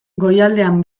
goialdean